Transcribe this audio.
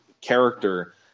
character